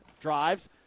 Drives